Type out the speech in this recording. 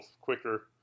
quicker